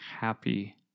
happy